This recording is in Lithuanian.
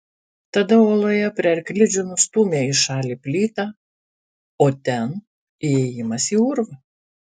tada uoloje prie arklidžių nustūmė į šalį plytą o ten įėjimas į urvą